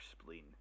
spleen